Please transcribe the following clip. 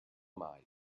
mai